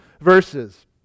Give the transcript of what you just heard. verses